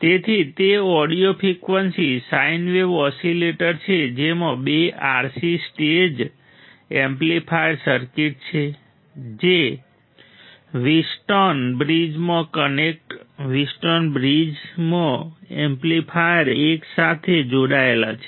તેથી તે audio frequency sine wave oscillator છે તેમાં બે RC સ્ટેજ એમ્પ્લીફાયર સર્કિટ છે જે વ્હીટસ્ટોન બ્રિજમાં કનેક્ટેડ વ્હીટસ્ટોન બ્રિજ માં એમ્પ્લીફાયર સ્ટેજ સાથે જોડાયેલ છે